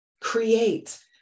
create